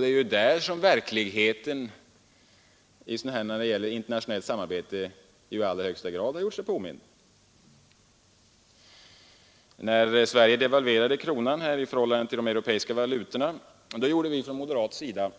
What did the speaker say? Det är också där som verkligheten i det internationella samarbetet i allra högsta grad gjort sig påmind. När Sverige devalverade kronan i förhållande till de europeiska valutorna gjorde vi från moderat håll